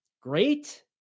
great